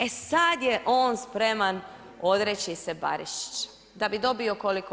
E sad je on spreman odreći se Barišića da bi dobio koliko?